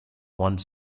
one